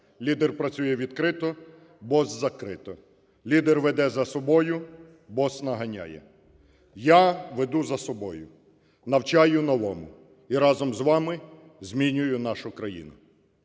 Лідер працює відкрито, бос - зарито. Лідер веде за собою, бос - наганяє". Я веду за собою. Навчаю новому. І разом з вами змінюю нашу країну.